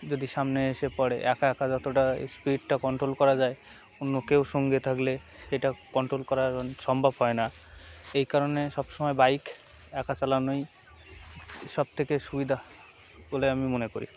যদি সামনে এসে পড়ে একা একা যতটা স্পিডটা কন্ট্রোল করা যায় অন্য কেউ সঙ্গে থাকলে সেটা কন্ট্রোল করার সম্ভব হয় না এই কারণে সব সময় বাইক একা চালানোই সবথেকে সুবিধা বলে আমি মনে করি